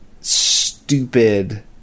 stupid